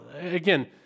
again